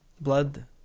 Blood